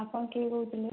ଆପଣ କିଏ କହୁଥିଲେ